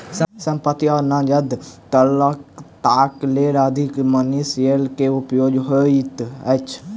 संपत्ति आ नकद तरलताक लेल अधिमानी शेयर के उपयोग होइत अछि